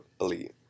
elite